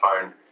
phone